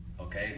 Okay